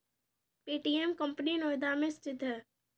Paytm company Noida में स्थित है